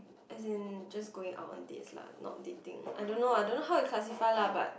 as in just going out on dates lah not dating I don't know I don't know how you classify lah but